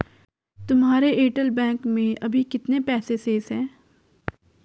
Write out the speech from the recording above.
तुम्हारे Airtel bank में अभी कितने पैसे शेष हैं?